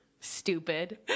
stupid